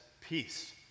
peace